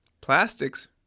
plastics